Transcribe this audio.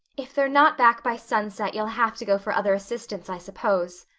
if they're not back by sunset you'll have to go for other assistance, i suppose,